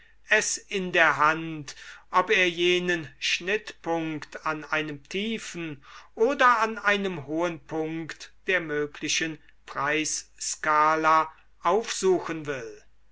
es in der hand ob er jenen schnittpunkt an einem tiefen oder an einem hohen punkt der möglichen preisskala aufsuchen will